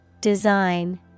Design